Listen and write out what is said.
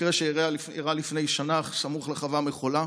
מקרה שאירע לפני שנה סמוך לחוות מחולה.